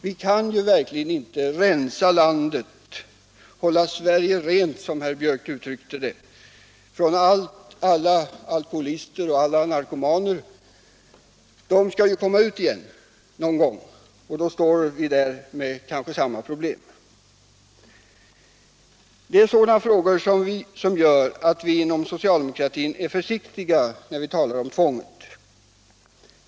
Vi kan inte rensa landet och hålla Sverige rent - som herr Biörck i Värmdö uttryckte det — från alla alkoholister och narkomaner. De kommer ju ut igen från fängelserna någon gång, och då står vi där med kanske samma problem. Det är sådana frågor som gör att vi inom socialdemokratin är försiktiga när vi talar om tvång.